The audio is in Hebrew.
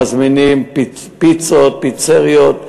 מזמינים פיצות מפיצריות,